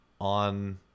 on